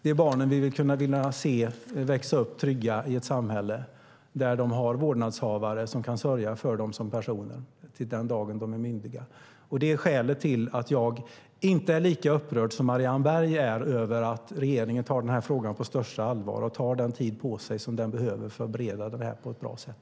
Det är barnen vi vill se växa upp trygga i ett samhälle där de har vårdnadshavare som kan sörja för dem till den dagen de är myndiga. Det är skälet till att jag inte är lika upprörd som Marianne Berg är över att regeringen tar den här frågan på största allvar och tar den tid som behövs för att bereda det här på ett bra sätt.